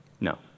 No